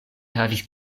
havis